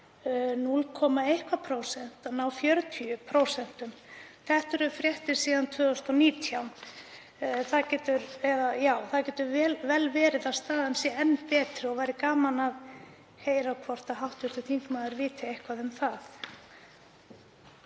til að ná 40%. Þetta eru fréttir síðan 2019. Það getur vel verið að staðan sé enn betri núna og væri gaman að heyra hvort hv. þingmaður veit eitthvað um það.